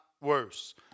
worse